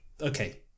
okay